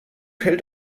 hält